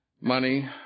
money